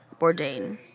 Bourdain